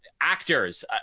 Actors